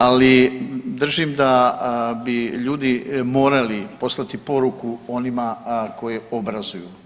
Ali držim da bi ljudi morali poslati poruku onima koje obrazuju.